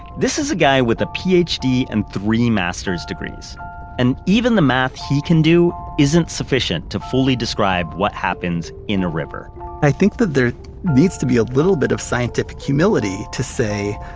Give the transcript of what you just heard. this is a guy with a ph d. and three master's degrees and even the math he can do isn't sufficient to fully describe what happens in a river i think that there needs to be a little bit of scientific humility to say,